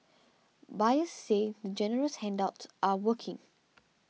buyers say the generous handouts are working